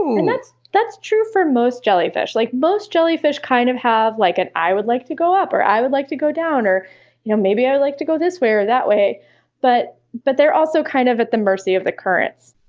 um and that's that's true for most jellyfish. like most jellyfish kind of have an, i would like to go up, or i would like to go down, or you know maybe, i would like to go this way or that way but but they're also kind of at the mercy of the currents.